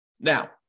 Now